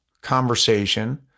conversation